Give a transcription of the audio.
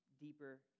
deeper